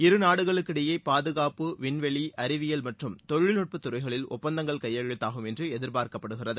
இருநாடுகளுக்கிடையே பாதுகாப்பு விண்வெளி அறிவியல் மற்றும் தொழில்நுட்பத் துறைகளில் ஒப்பந்தங்கள் கையெழுத்தாகும் என்று எதிர்பார்க்கப்படுகிறது